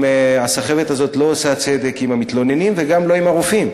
הסחבת הזאת לא עושה צדק עם המתלוננים וגם לא עם הרופאים.